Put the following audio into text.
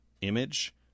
image